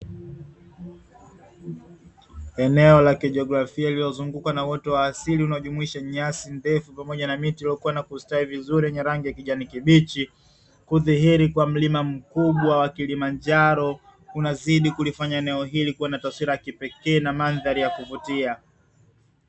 Eneo la kijiografia lililozungukwa na uoto wa asili unaojumuisha nyasi ndefu pamoja na miti iliyokua na kustawi vizuri yenye rangi ya kijani kibichi. Kudhihili kwa mlima mkubwa wa Kilimanjaro kunazidi kulifanya eneo hili kuwa na taswira ya kipekee na mandhari ya kuvutia.